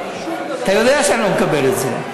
אתה יודע שאני לא מקבל את זה.